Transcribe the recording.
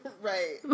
Right